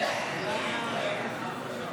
גם הסתייגות זו נדחתה.